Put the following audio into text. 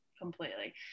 completely